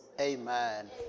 Amen